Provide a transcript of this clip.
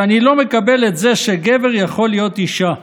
שאני לא מקבל את זה שגבר יכול להיות אישה,